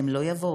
הם לא יבואו.